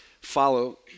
follow